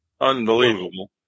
Unbelievable